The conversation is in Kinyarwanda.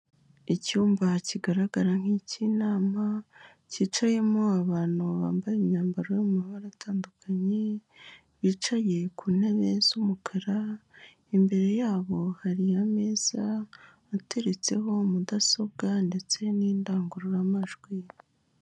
Icyumba kigaragara nk'icy'inama cyicayemo abantu bambaye imyambaro yo mu mabara atandukanye, bicaye ku ntebe z'umukara, imbere yabo hari ameza ateretseho mudasobwa ndetse n'indangururamajwi.